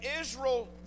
Israel